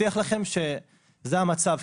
מבטיח לכם שזה המצב,